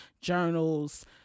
journals